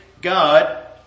God